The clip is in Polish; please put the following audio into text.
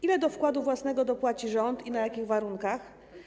Ile do wkładu własnego dopłaci rząd i na jakich warunkach?